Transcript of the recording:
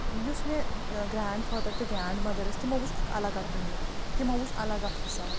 یُس مےٚ ٲں گرٛینٛڈ فادَر تہٕ گرٛینٛڈ مدَر ٲس تِمو وُچھ اِکھ الگ اَکھ دنیا تِمو وُچھ الگ اَکھ حساب